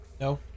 No